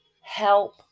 help